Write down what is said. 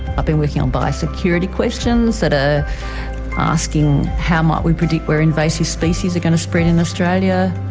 i've been working on biosecurity questions that are asking how might we predict where invasive species are going to spread in australia.